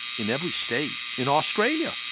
in every state, in australia,